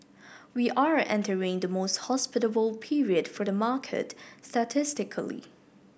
we are entering the most hospitable period for the market statistically